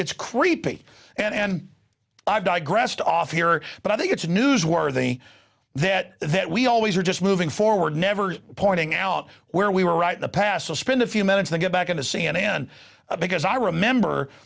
it's creepy and i've digressed off here but i think it's newsworthy that that we always are just moving forward never pointing out where we were right in the past so spend a few minutes then get back on to c n n because i remember